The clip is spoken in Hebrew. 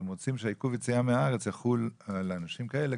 הם רוצים שעיכוב יציאה מהארץ יחול גם על אנשים כאלה,